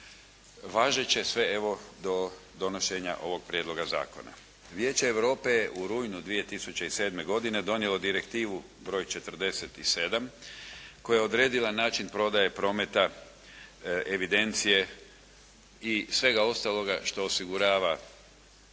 važeće sve evo do donošenja ovog prijedloga zakona. Vijeće Europe je u rujnu 2007. godine donijelo Direktivo broj 47 koja je odredila način prodaje prometa evidencije i svega ostaloga što osigurava